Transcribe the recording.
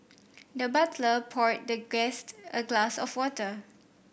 the butler poured the guest a glass of water